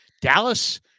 Dallas